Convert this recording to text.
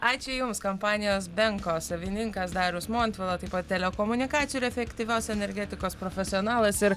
ačiū jums kompanijos venko savininkas darius montvila taip pat telekomunikacijų ir efektyvios energetikos profesionalas ir